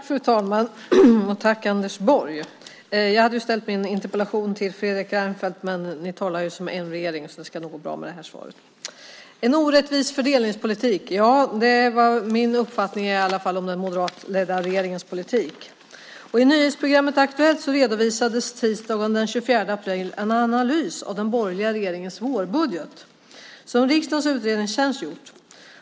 Fru talman! Jag tackar Anders Borg. Jag hade ställt min interpellation till Fredrik Reinfeldt, men ni talar ju som en regering. Det ska nog gå bra med det här svaret. En orättvis fördelningspolitik - det är min uppfattning om den moderatledda regeringens politik. I nyhetsprogrammet Aktuellt redovisades tisdagen den 24 april en analys av den borgerliga regeringens vårbudget som riksdagens utredningstjänst gjort.